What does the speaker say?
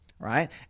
Right